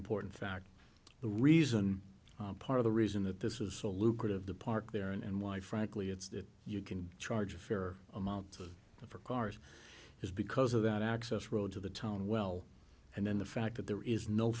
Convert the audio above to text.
important fact the reason part of the reason that this is so lucrative the park there and why frankly it's that you can charge a fair amount for cars is because of that access road to the town well and then the fact that there is no